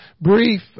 brief